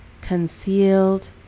concealed